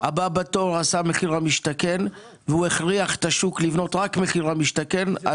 הבא בתור עשה מחיר למשתכן והוא הכריח את השוק לבנות רק מחיר למשתכן,